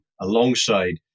alongside